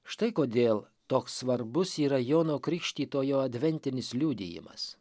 štai kodėl toks svarbus yra jono krikštytojo adventinis liudijimas